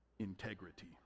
integrity